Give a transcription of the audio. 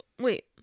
Wait